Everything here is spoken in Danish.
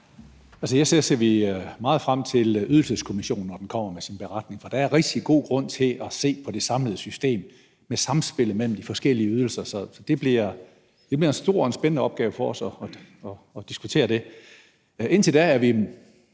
I SF ser vi meget frem til, at Ydelseskommissionen kommer med sin beretning, for der er rigtig god grund til at se på det samlede system med samspillet mellem de forskellige ydelser. Så det bliver en stor og spændende opgave for os at diskutere det. Men indtil da er vi